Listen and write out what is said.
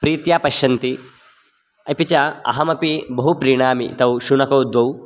प्रीत्या पश्यन्ति अपि च अहमपि बहु प्रीणामि तौ शुणकौ द्वौ